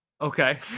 Okay